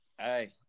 Hey